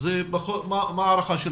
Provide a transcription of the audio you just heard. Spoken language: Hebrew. מה ההערכה שלכם?